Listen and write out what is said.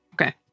Okay